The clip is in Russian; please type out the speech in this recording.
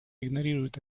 игнорирует